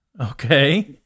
Okay